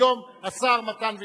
היום השר מתן וילנאי.